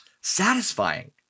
satisfying